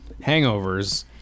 hangovers